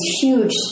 huge